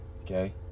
Okay